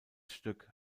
stück